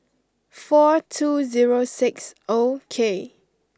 four two zero six O K